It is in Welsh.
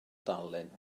dalent